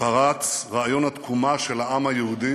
פרץ רעיון התקומה של העם היהודי